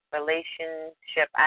relationship